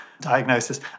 diagnosis